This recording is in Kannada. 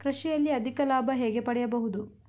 ಕೃಷಿಯಲ್ಲಿ ಅಧಿಕ ಲಾಭ ಹೇಗೆ ಪಡೆಯಬಹುದು?